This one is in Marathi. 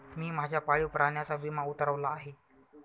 मी माझ्या पाळीव प्राण्याचा विमा उतरवला आहे